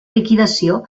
liquidació